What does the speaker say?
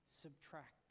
subtract